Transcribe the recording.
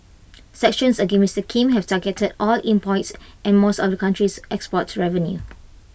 sanctions against Mister Kim have targeted oil imports and much of the country's export revenue